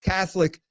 Catholic